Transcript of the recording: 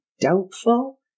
doubtful